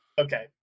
Okay